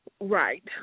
Right